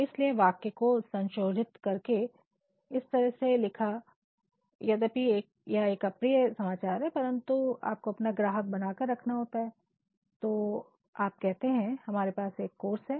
इसीलिए वाक्य को संशोधित करके इस तरह से लिखा यद्यपि यह एक आप्रिय समाचार है परंतु आपको अपना ग्राहक बनाकर रखना है तो आप कहते हैं " हमारे पास एक कोर्स है